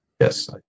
Yes